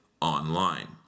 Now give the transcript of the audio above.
online